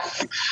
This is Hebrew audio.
בבקשה.